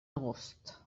agost